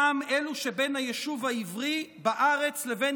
הפעם אלו שבין היישוב העברי בארץ לבין